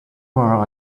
are